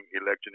election